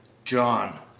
john,